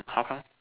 how come